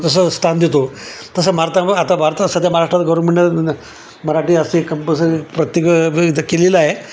जसं स्थान देतो तसं मारता आता भारतात सध्या महाराष्ट्रात गव्हर्मेंटनं मराठी अशी कंपल्सरी प्रत्येकविध केलेलं आहे